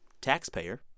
taxpayer